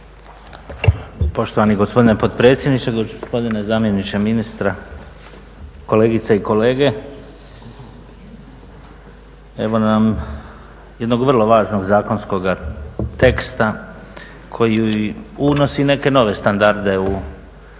Poštovani gospodine potpredsjedniče, gospodine zamjeniče ministra, kolegice i kolege. Evo nam jednog vrlo važnog zakonskoga teksta koji unosi neke nove standarde u